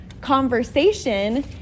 conversation